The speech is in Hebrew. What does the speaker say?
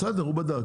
בסדר, הוא בדק.